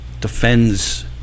defends